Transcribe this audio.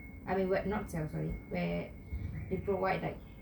I mean not sell sorry where they provide like